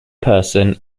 person